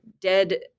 dead